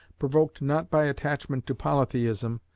provoked not by attachment to polytheism,